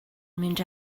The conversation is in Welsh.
mynd